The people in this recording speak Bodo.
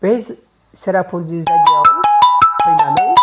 बे सेरापुन्जि जायगायाव फैनानै